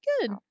Good